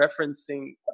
referencing